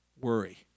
worry